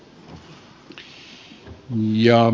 herra puhemies